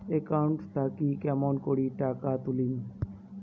Account থাকি কেমন করি টাকা তুলিম?